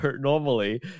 normally